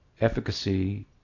efficacy